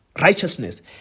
righteousness